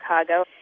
Chicago